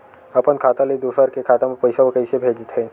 अपन खाता ले दुसर के खाता मा पईसा कइसे भेजथे?